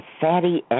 fatty